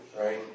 right